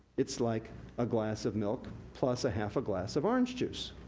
it's like a glass of milk plus a half a glass of orange juice.